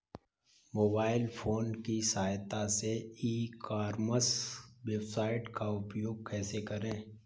Mobile phone की सहायता से ई कॉमर्स वेबसाइट का उपयोग कैसे करें?